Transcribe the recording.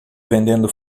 vendendo